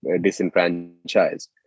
disenfranchised